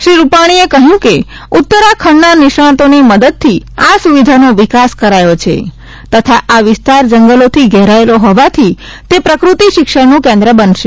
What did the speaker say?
શ્રી રૂપાણીએ કહ્યું કે ઉત્તરા ખંડના નિષ્ણાંતોની મદદથી આ સુવિધાનો વિકાસ કરાયો છે તથા આ વિસ્તાર જંગલોથી ઘેરાયેલો હોવાથી તે પ્રકૃતિ શિક્ષણનું કેન્દ્ર બનશે